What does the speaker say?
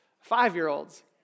five-year-olds